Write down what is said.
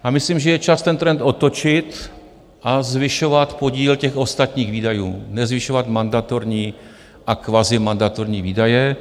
A myslím, že je čas ten trend otočit a zvyšovat podíl těch ostatních výdajů, nezvyšovat mandatorní a kvazimandatorní výdaje.